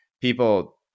people